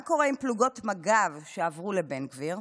מה קורה עם פלוגות מג"ב, שעברו לבן גביר?